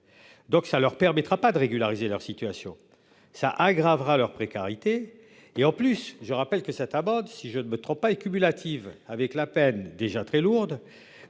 Donc ça leur permettra pas de régulariser leur situation, cela aggravera leur précarité et en plus, je rappelle que cette aborde si je ne me trompe pas et cumulative avec la peine déjà très lourde